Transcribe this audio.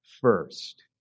first